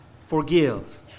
forgive